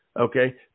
okay